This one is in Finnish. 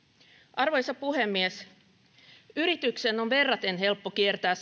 arvoisa puhemies yrityksen on verraten helppo kiertää